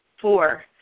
Four